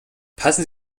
passen